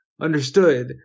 understood